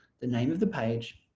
the name of the page,